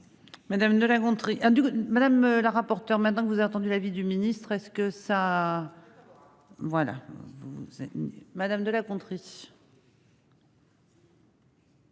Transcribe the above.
Madame de La Gontrie, madame la rapporteure maintenant que vous avez entendu l'avis du ministre. Est-ce que ça. Voilà, vous. Madame de la contrition.